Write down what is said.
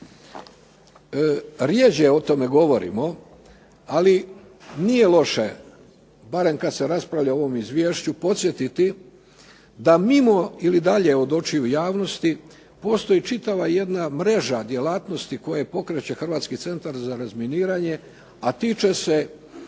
Rjeđe o tome govorimo, ali nije loše, barem kad se raspravlja o ovom izvješću podsjetiti da mimo ili dalje od očiju javnosti postoji čitava jedna mreža djelatnosti koje pokreće Hrvatski centar za razminiranje, a tiče se